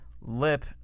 Lip